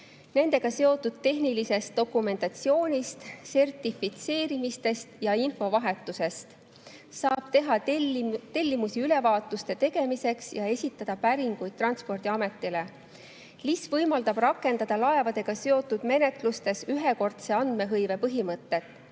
nendega seotud tehnilisest dokumentatsioonist, sertifitseerimistest ja infovahetusest. Saab teha tellimusi ülevaatuste tegemiseks ja esitada päringuid Transpordiametile. LIS võimaldab rakendada laevadega seotud menetlustes ühekordse andmehõive põhimõtet,